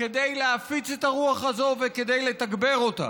כדי להפיץ את הרוח הזאת וכדי לתגבר אותה.